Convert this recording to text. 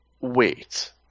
wait